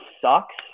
sucks